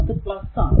അത് ആണ്